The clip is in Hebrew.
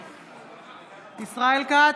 נגד ישראל כץ,